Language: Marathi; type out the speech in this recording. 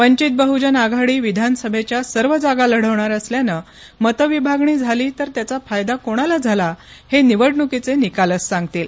वंचित बह्जन आघाडी विधानसभेच्या सर्व जागा लढवणार असल्यानं मतविभागणी झाली तर त्याचा फायदा कोणाला झाला हे निवडणुकीचे निकालच सांगतील